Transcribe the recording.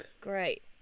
great